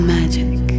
magic